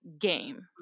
game